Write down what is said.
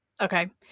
Okay